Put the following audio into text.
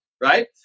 right